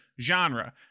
genre